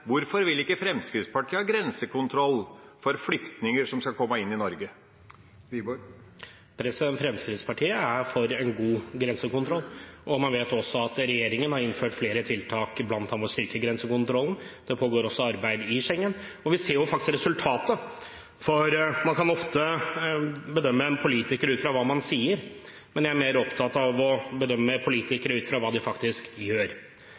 Hvorfor vil ikke Fremskrittspartiet ha grensekontroll for flyktninger som skal komme inn i Norge? Fremskrittspartiet er for en god grensekontroll, og man vet også at regjeringen har innført flere tiltak for bl.a. å styrke grensekontrollen. Det pågår også arbeid i Schengen. Og vi ser resultatet. Man vil ofte bedømme en politiker ut fra hva vedkommende sier, men jeg er mer opptatt av å bedømme politikere ut fra hva de faktisk gjør.